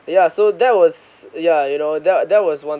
ya so there was ya you know that that was one